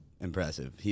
impressive